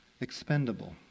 expendable